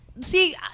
See